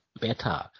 better